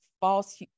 false